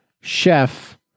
chef